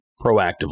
proactively